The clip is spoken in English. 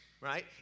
right